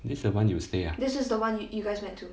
this the one you stay ah